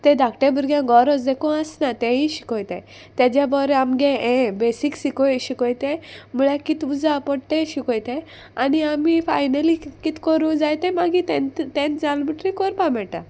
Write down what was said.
ते धाकटे भुरग्यांक गोरोज देकू आसना तेयी शिकोयताय तेज्या बरें आमगे हे बेसीक्स शिकोय शिकोय तें म्हळ्यार कित उजा पट तें शिकोयताय आनी आमी फायनली कित कोरूं जाय ते मागीर तेन्त तेन्त जाल म्हुटरी कोरपा मेयटा